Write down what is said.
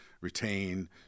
retain